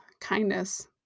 kindness